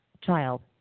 child